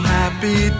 happy